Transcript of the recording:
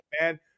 man